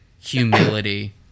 humility